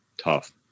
tough